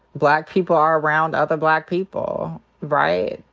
black people are around other black people, right?